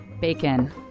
Bacon